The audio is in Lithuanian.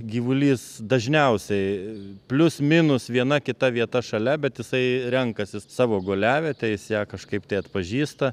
gyvulys dažniausiai plius minus viena kita vieta šalia bet jisai renkasi savo guliavietę jis ją kažkaip tai atpažįsta